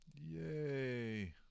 Yay